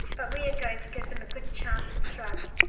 but we are going to give them a good chance with drugs,